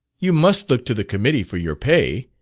you must look to the committee for your pay,